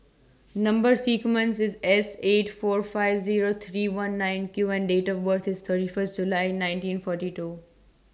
Number sequence IS S eight four five Zero three one nine Q and Date of birth IS thirty First July nineteen forty two